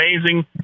amazing